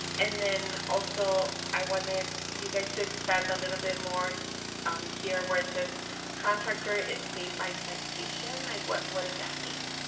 and then also i wanted you guys to expand a little bit more um here where says contractor is paid by citation like what what does that mean?